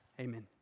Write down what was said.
Amen